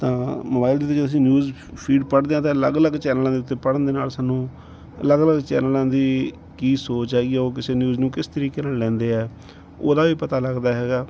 ਤਾਂ ਮੋਬਾਇਲ ਦੇ ਉੱਤੇ ਜਦੋਂ ਅਸੀਂ ਨਿਊਜ਼ ਫੀਡ ਪੜ੍ਹਦੇ ਹੈ ਤਾਂ ਅਲੱਗ ਅਲੱਗ ਚੈਨਲਾਂ ਦੇ ਉੱਤੇ ਪੜ੍ਹਨ ਦੇ ਨਾਲ ਸਾਨੂੰ ਅਲੱਗ ਅਲੱਗ ਚੈਨਲਾਂ ਦੀ ਕੀ ਸੋਚ ਹੈਗੀ ਹੈ ਉਹ ਕਿਸੇ ਨਿਊਜ਼ ਨੂੰ ਕਿਸ ਤਰੀਕੇ ਨਾਲ ਲੈਂਦੇ ਹੈ ਉਹਦਾ ਵੀ ਪਤਾ ਲੱਗਦਾ ਹੈਗਾ